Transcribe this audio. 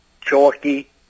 chalky